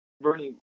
Bernie